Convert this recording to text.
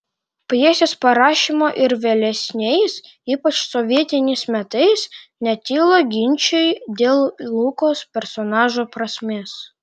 pjesės parašymo ir vėlesniais ypač sovietiniais metais netilo ginčai dėl lukos personažo prasmės